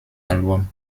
album